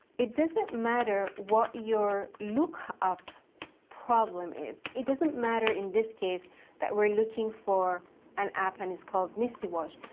it doesn't matter what your lookup problem is, it doesn't matter in this case that we're looking for an app and it's called misty wash,